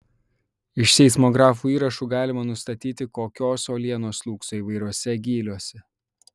iš seismografo įrašų galima nustatyti kokios uolienos slūgso įvairiuose gyliuose